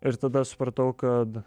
ir tada supratau kad